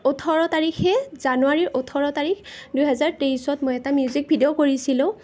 ওঠৰ তাৰিখে জানুৱাৰীৰ ওঠৰ তাৰিখ দুহেজাৰ তেইছত মই এটা মিউজিক ভিডিঅ' কৰিছিলোঁ